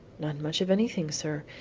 not much of anything, sir.